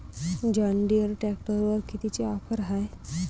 John Deere ट्रॅक्टरवर कितीची offer हाये?